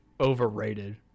overrated